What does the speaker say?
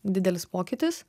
didelis pokytis